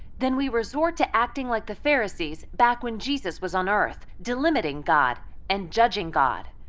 then we resort to acting like the pharisees back when jesus was on earth, delimiting god and judging god.